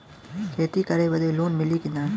खेती करे बदे लोन मिली कि ना?